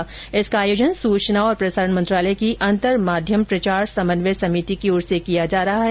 इस वेबिनार का आयोजन सूचना और प्रसारण मंत्रालय की अंतर माध्यम प्रचार समन्वय समिति की ओर से किया जाएगा